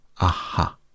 Aha